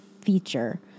feature